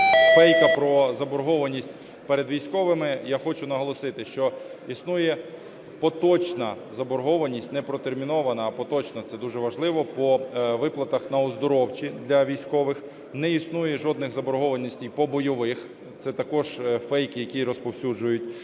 фейку про заборгованість перед військовими, я хочу наголосити, що існує поточна заборгованість, не протермінована, а поточна – це дуже важливо – по виплатах на оздоровчі для військових. Не існує жодних заборгованостей по бойових – це також фейки, які розповсюджують